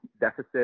deficit